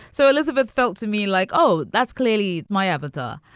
so elizabeth felt to me like, oh, that's clearly my avatar.